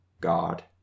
God